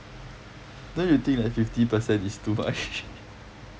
don't you think like fifty percent is too much